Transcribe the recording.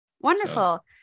Wonderful